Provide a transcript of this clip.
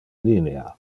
linea